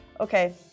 Okay